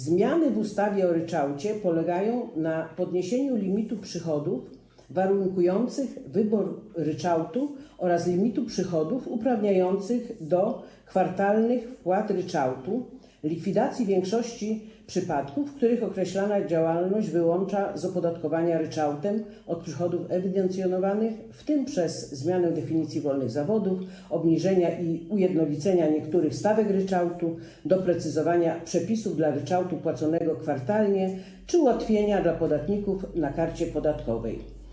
Zmiany w ustawie o ryczałcie polegają na podniesieniu limitu przychodów warunkujących wybór ryczałtu oraz limitu przychodów uprawniających do kwartalnych wpłat ryczałtu, likwidacji większości przypadków, w których określona działalność wyłącza z opodatkowania ryczałtem od przychodów ewidencjonowanych, w tym przez zmianę definicji wolnych zawodów, obniżenia i ujednolicenia niektórych stawek ryczałtu, doprecyzowania przepisów dla ryczałtu płaconego kwartalnie czy ułatwienia dla podatników na karcie podatkowej.